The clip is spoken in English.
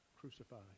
crucified